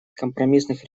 компромиссных